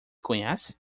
conhece